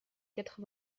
quatre